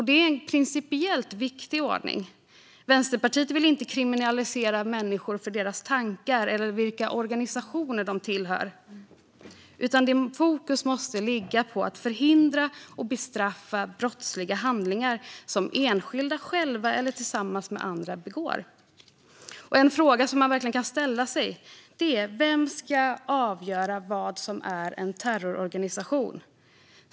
Det är en principiellt viktig ordning. Vänsterpartiet vill inte kriminalisera människor för deras tankar eller för vilka organisationer de tillhör, utan fokus måste ligga på att förhindra och bestraffa brottsliga handlingar som enskilda begår själva eller tillsammans med andra. En fråga man verkligen kan ställa sig är vem som ska avgöra vad som är en terrororganisation.